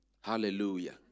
hallelujah